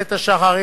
איילת השחר,